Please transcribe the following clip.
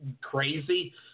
crazy